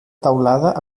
teulada